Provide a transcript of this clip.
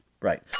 Right